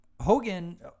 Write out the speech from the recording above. hogan